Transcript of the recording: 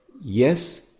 yes